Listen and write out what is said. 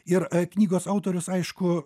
ir knygos autorius aišku